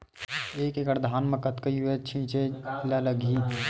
एक एकड़ धान में कतका यूरिया छिंचे ला लगही?